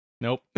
Nope